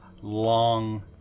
long